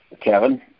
Kevin